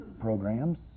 programs